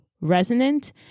resonant